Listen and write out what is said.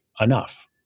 enough